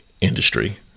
industry